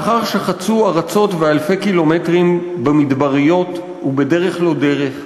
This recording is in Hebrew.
לאחר שחצו ארצות ואלפי קילומטרים במדבריות ובדרך לא דרך,